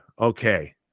okay